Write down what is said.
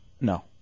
No